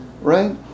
right